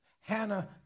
Hannah